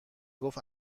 گفت